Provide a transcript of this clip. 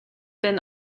been